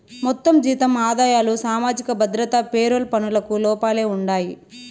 మొత్తం జీతం ఆదాయాలు సామాజిక భద్రత పెరోల్ పనులకు లోపలే ఉండాయి